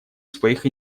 своих